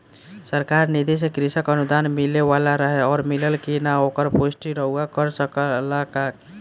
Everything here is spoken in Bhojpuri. सरकार निधि से कृषक अनुदान मिले वाला रहे और मिलल कि ना ओकर पुष्टि रउवा कर सकी ला का?